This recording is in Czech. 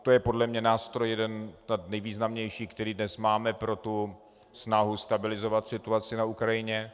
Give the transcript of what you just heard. To je podle mne nástroj nejvýznamnější, který dnes máme pro snahu stabilizovat situaci na Ukrajině.